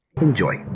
Enjoy